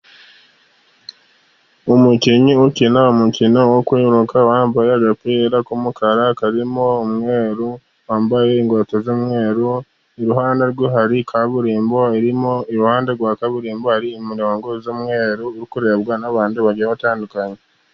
Umukinnyi ukina umukino wo kwiruka, wambaye agapira k'umukara karimo umweru, wambaye inkweto z'umweru. iruhande rwe hari kaburimbo irimo. iruhande rwa kaburimbo hari imirongo y'umweru, uri kurebwa n'abantu bagiye batandukanye.